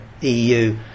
EU